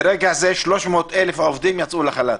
ברגע זה 300,000 עובדים יצאו לחל"ת.